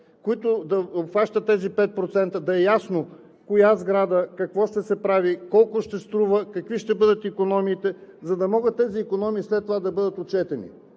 които да обхващат тези 5%, да е ясно в коя сграда какво ще се прави, колко ще струва, какви ще бъдат икономиите, за да могат тези икономии след това да бъдат отчетени.